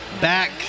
Back